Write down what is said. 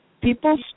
People